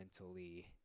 mentally